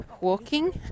walking